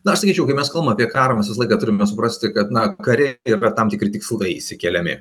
na aš sakyčiau kai mes kalbam apie karą mes visą laiką turime suprasti kad na kare yra tikri tikslai išsikeliami